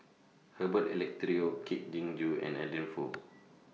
Herbert Eleuterio Kwek Leng Joo and Adeline Foo